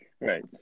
Right